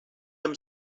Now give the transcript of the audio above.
them